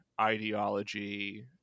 ideology